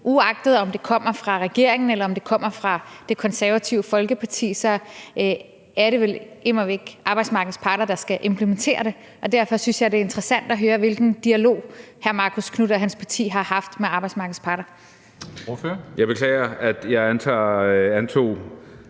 uagtet om det kommer fra regeringen eller Det Konservative Folkeparti, er det vel immer væk arbejdsmarkedets parter, der skal implementere det. Derfor synes jeg, det er interessant at høre, hvilken dialog hr. Marcus Knuth og hans parti har haft med arbejdsmarkedets parter. Kl. 20:06 Formanden